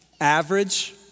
average